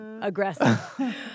aggressive